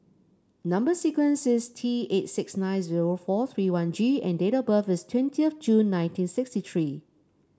number sequence is T eight six nine zero four three one G and date of birth is twenty of June nineteen sixty three